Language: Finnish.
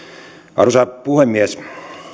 arvoisa puhemies